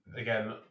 again